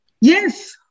Yes